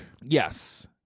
Yes